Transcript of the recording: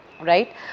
right